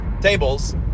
tables